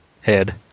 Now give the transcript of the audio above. head